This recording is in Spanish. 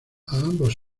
ambos